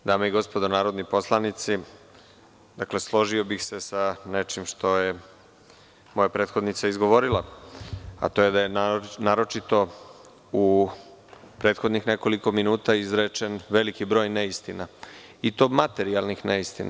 Dame i gospodo narodni poslanici, složio bih se sa nečim što je moja prethodnica izgovorila, a to je da je naročito u prethodnih nekoliko minuta izrečen veliki broj neistina i to materijalnih neistina.